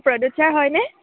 sir হয়নে